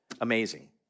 amazing